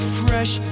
fresh